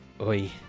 Oi